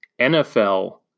NFL